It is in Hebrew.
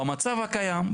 במצב הקיים,